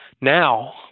now